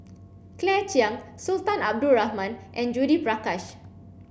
Claire Chiang Sultan Abdul Rahman and Judith Prakash